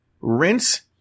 Rinse